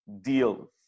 deal